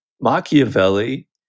Machiavelli